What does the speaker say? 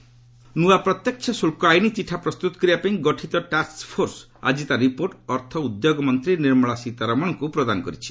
FIN ନୂଆ ପ୍ରତ୍ୟକ୍ଷ ଶୁଳ୍କ ଆଇନ୍ ଚିଠା ପ୍ରସ୍ତୁତ କରିବା ପାଇଁ ଗଠିତ ଟ୍ୟାକ୍ୱ ଫୋର୍ସ ଆଜି ତାର ରିପୋର୍ଟ୍ ଅର୍ଥ ଓ ଉଦ୍ୟୋଗ ମନ୍ତ୍ରୀ ନିର୍ମଳା ସୀତାରମଣଙ୍କୁ ପ୍ରଦାନ କରିଛି